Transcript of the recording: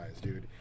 dude